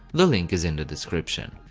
the link is in the description.